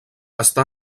està